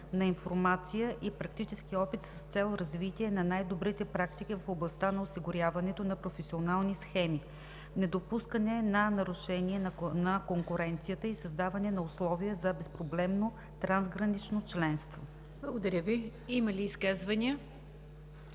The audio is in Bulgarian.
на информация и практически опит с цел развитие на най-добрите практики в областта на осигуряването по професионални схеми, недопускане на нарушения на конкуренцията и създаване на условия за безпроблемно трансгранично членство.“ ПРЕДСЕДАТЕЛ НИГЯР ДЖАФЕР: Има ли изказвания?